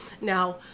Now